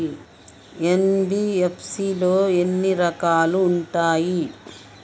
NBFC లో ఎన్ని రకాలు ఉంటాయి?